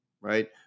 Right